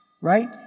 right